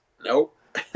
Nope